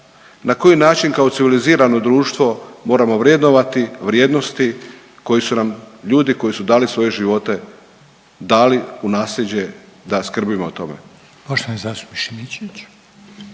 na koji način kao civilizirano društvo moramo vrednovati vrijednosti koje su nam ljudi koji su dali svoje živote dali u nasljeđe da skrbimo o tome.